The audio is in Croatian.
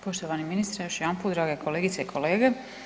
Poštovani ministre još jedanput, drage kolegice i kolege.